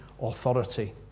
authority